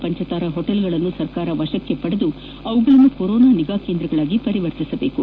ಪಂಚತಾರಾ ಹೋಟೆಲ್ಗಳನ್ನು ಸರ್ಕಾರ ವಶಕ್ಕೆ ಪಡೆದು ಅವುಗಳನ್ನು ಕೊರೊನಾ ನಿಗಾ ಕೇಂದ್ರಗಳಾಗಿ ಪರಿವರ್ತಿಸಬೇಕು